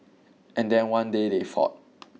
and then one day they fought